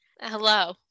Hello